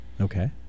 Okay